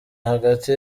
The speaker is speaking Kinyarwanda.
hagati